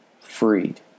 freed